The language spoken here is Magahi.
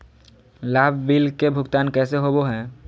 लाभ बिल के भुगतान कैसे होबो हैं?